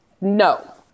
No